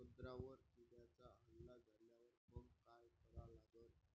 संत्र्यावर किड्यांचा हल्ला झाल्यावर मंग काय करा लागन?